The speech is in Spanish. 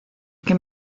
que